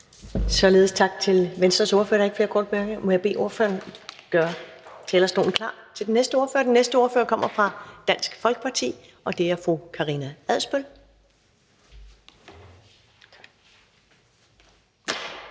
Således tak til Venstres ordfører. Der er ikke flere korte bemærkninger. Må jeg bede ordføreren gøre talerstolen klar til den næste ordfører? Den næste ordfører kommer fra Dansk Folkeparti, og det er fru Karina Adsbøl.